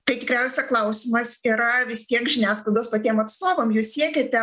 tai tikriausia klausimas yra vis tiek žiniasklaidos patiem atstovam jūs siekiate